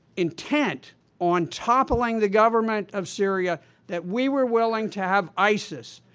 intent on toppling the government of syria that we were willing to have isis,